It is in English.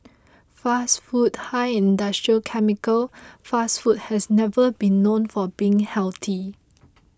fast food high in industrial chemical fast food has never been known for being healthy